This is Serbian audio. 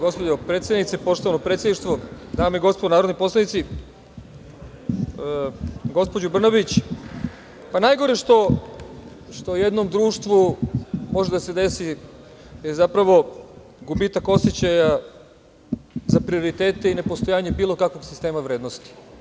Gospođo predsednice, poštovano predsedništvo, dame i gospodo narodni poslanici, gospođo Brnabić, najgore što u jednom društvu može da se desi je zapravo gubitak osećaja za prioritete i nepostojanje bilo kakvog sistema vrednosti.